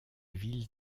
ville